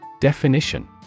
Definition